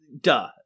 duh